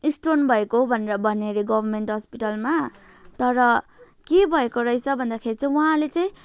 stone भएको भनेर भन्यो अरे गभर्मेन्ट हस्पिटलमा तर के भएको रहेछ भन्दाखेरि चाहिँ उहाँले चाहिँ